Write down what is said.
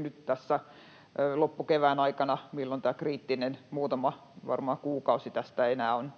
nyt tässä loppukevään aikana, milloin tämä kriittinen muutama, varmaan, kuukausi tästä enää on